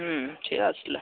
ହୁଁ ସେ ଆସିଲା